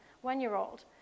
one-year-old